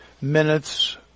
minutes